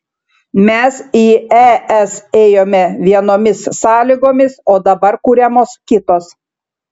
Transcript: mes į es ėjome vienomis sąlygomis o dabar kuriamos kitos